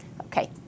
Okay